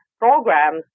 programs